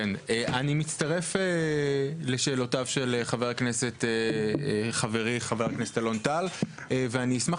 אני מצטרף לשאלותיו של חברי חבר הכנסת אלון טל ואני אשמח